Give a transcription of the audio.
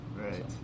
Right